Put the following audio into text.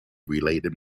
related